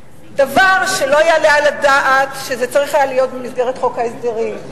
דבר שלא יעלה על הדעת שזה צריך להיות במסגרת חוק ההסדרים,